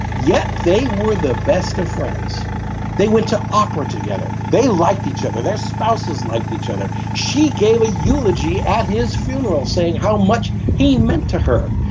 yet they were the best of friends they went to ah oprah together. they liked each other. their spouses liked each other. she gave a eulogy at his funeral saying how much he meant to her.